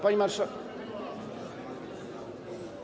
Pani Marszałek!